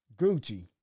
Gucci